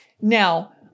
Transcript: Now